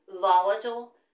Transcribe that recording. volatile